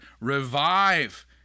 revive